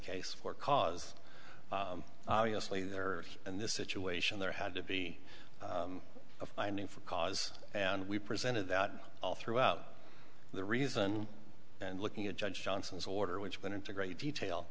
case for cause obviously there are in this situation there had to be a finding for cause and we presented that all throughout the reason and looking a judge johnson's order which went into great detail